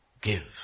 give